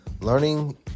Learning